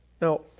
Now